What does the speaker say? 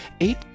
Eight